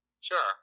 Sure